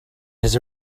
his